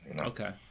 Okay